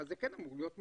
זה כן אמור להיות מקובל.